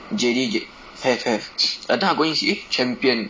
J D J have have that time I go in see eh Champion